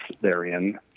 therein